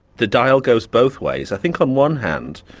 the dial goes both ways. i think on one hand,